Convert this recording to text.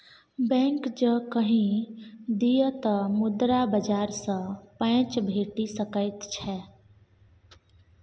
bank जँ कहि दिअ तँ मुद्रा बाजार सँ पैंच भेटि सकैत छै